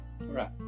Right